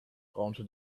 raunte